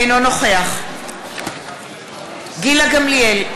אינו נוכח גילה גמליאל,